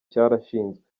cyarashinzwe